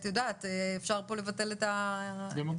אפשר היה לבטל את הכנסת.